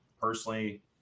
personally